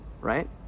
right